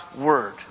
Word